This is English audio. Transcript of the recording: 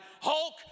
Hulk